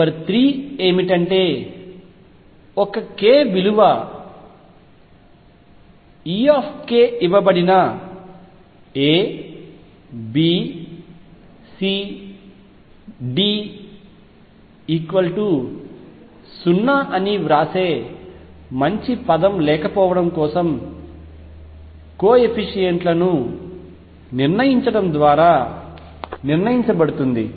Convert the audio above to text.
number 3 ఏమిటంటే ఒక k విలువ E ఇవ్వబడిన A B C D 0 అని వ్రాసే మంచి పదం లేకపోవడం కోసం కోయెఫిషియంట్ లను నిర్ణయించడం ద్వారా నిర్ణయించబడుతుంది